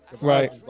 right